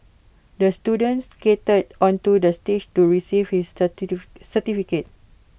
the student skated onto the stage to receive his certificate